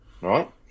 right